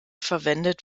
verwendet